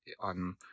on